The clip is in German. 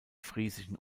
friesischen